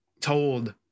told